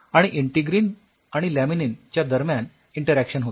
आणि इंटिग्रीन आणि लॅमिनीन च्या दरम्यान इंटरॅक्शन होते